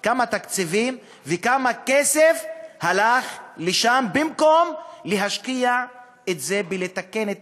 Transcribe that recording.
כמה תקציבים וכמה כסף הלך לשם במקום להשקיע את זה בלתקן את